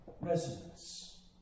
resonance